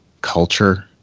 culture